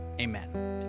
amen